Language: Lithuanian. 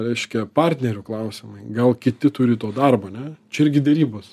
reiškia partnerių klausimai gal kiti turi to darbo ane čia irgi derybos